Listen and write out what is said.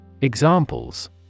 Examples